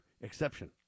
exception